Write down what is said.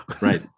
Right